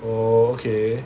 oh okay